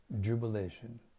jubilation